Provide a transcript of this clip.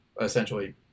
essentially